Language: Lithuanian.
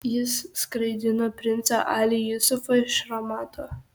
jis skraidino princą ali jusufą iš ramato